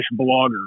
Blogger